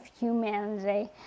humanity